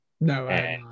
No